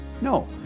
No